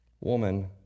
Woman